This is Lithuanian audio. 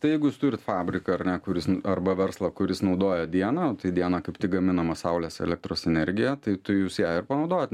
tai jeigu jūs turit fabriką ar ne kuris arba verslą kuris naudoja dieną nu tai dieną kaip gaminama saulės elektros energija tai tu jūs ją ir panaudojat